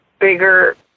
bigger